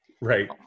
Right